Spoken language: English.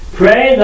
pray